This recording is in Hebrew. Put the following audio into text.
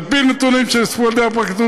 על פי נתונים שנאספו על ידי הפרקליטות,